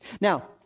Now